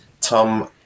Tom